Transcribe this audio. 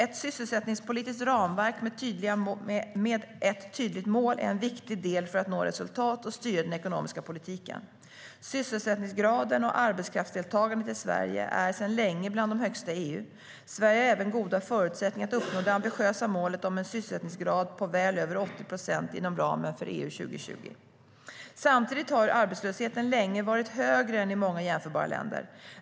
Ett sysselsättningspolitiskt ramverk med ett tydligt mål är en viktig del för att nå resultat och styra den ekonomiska politiken. Sysselsättningsgraden och arbetskraftsdeltagandet i Sverige är sedan länge bland de högsta i EU. Sverige har även goda förutsättningar att uppnå det ambitiösa målet om en sysselsättningsgrad på väl över 80 procent inom ramen för EU 2020. Samtidigt har arbetslösheten länge varit högre än i många jämförbara länder.